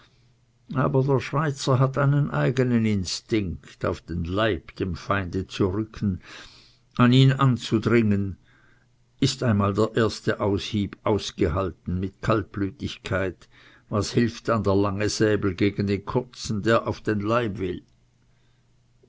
aber der schweizer hat einen eigenen instinkt auf den leib dem feinde zu rücken an ihn anzudringen ist einmal der erste aushieb ausgehalten mit kaltblütigkeit was hilft dann der lange säbel gegen den kurzen der auf den leib will